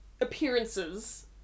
appearances